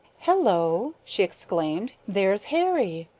hello! she exclaimed. there's hairy.